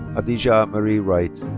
khadijah marie wright.